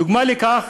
דוגמה לכך,